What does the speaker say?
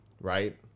right